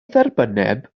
dderbynneb